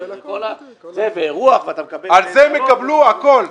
על זה הם יקבלו הכול.